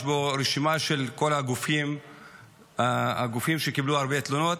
יש בו רשימה של כל הגופים שקיבלו הרבה תלונות.